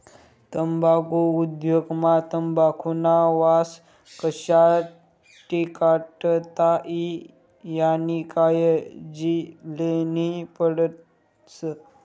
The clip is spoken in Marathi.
तम्बाखु उद्योग मा तंबाखुना वास कशा टिकाडता ई यानी कायजी लेन्ही पडस